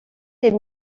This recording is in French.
les